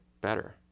better